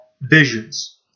visions